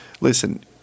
listen